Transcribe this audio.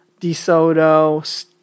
DeSoto